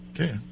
okay